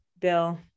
bill